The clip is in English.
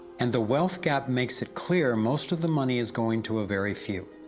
and the wealth gap makes it clear, most of the money is going to a very few.